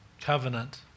covenant